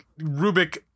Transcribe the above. Rubik